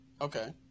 Okay